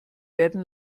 werden